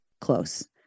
close